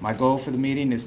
my goal for the meeting